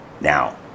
Now